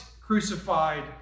crucified